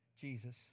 Jesus